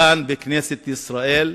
כאן בכנסת ישראל,